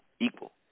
equal